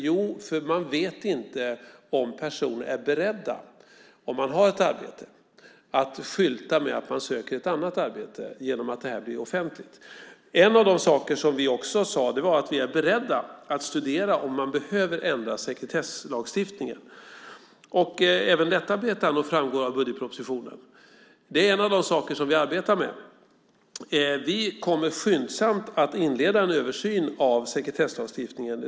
Jo, för att man inte vet om personer är beredda, om de har ett arbete, att skylta med att de söker ett annat arbete genom att det här blir offentligt. En av de saker som vi också sade är att vi är beredda att studera om man behöver ändra sekretesslagstiftningen. Även detta, Berit Andnor, framgår av budgetpropositionen. Det är en av de saker som vi arbetar med. Vi kommer skyndsamt att inleda en översyn av sekretesslagstiftningen.